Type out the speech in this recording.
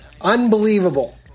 Unbelievable